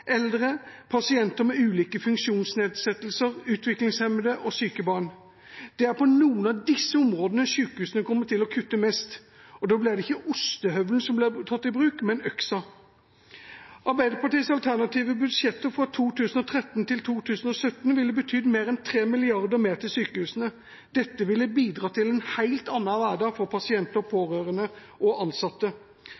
eldre, pasienter med ulike funksjonsnedsettelser, utviklingshemmede og syke barn. Det er på noen av disse områdene sykehusene kommer til å kutte mest, og da blir det ikke ostehøvelen som blir tatt i bruk, men øksa. Arbeiderpartiets alternative budsjetter fra 2013 til 2017 ville betydd mer enn 3 mrd. kr mer til sykehusene. Dette ville bidratt til en helt annen hverdag for pasienter,